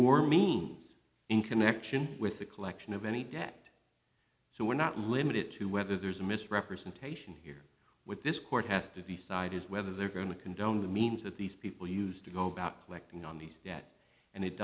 means in connection with the collection of any debt so we're not limited to whether there's a misrepresentation here with this court has to decide is whether they're going to condone the means that these people used to go about collecting on these debt and it